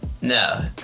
No